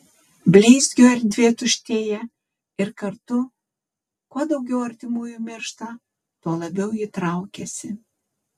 bleizgio erdvė tuštėja ir kartu kuo daugiau artimųjų miršta tuo labiau ji traukiasi